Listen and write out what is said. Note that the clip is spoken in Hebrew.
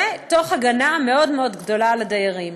תוך הגנה מאוד מאוד גדולה על הדיירים.